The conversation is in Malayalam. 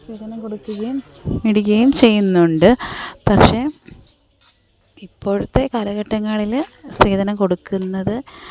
സ്ത്രീധനം കൊടുക്കുകയും മേടിക്കയും ചെയ്യുന്നുണ്ട് പക്ഷെ ഇപ്പോഴത്തെ കാലഘട്ടങ്ങളിൽ സ്ത്രീധനം കൊടുക്കുന്നത്